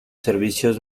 servicios